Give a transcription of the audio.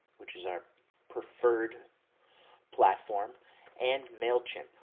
which is our preferred platform and mailchimp,